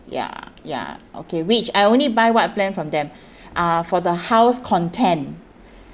ya ya okay which I only buy one plan from them uh for the house content